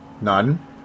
None